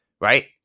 right